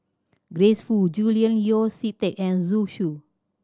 Grace Fu Julian Yeo See Teck and Zhu Xu